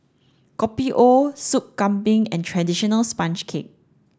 Kopi O Sup kambing and traditional sponge cake